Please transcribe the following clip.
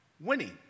Winning